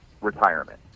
retirement